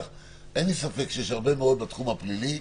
אין לי ספק שיש הרבה מאוד בתחום הפלילי